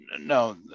No